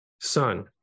son